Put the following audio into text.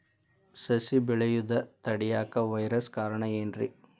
ಸಸಿ ಬೆಳೆಯುದ ತಡಿಯಾಕ ವೈರಸ್ ಕಾರಣ ಏನ್ರಿ?